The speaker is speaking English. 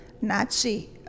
Nazi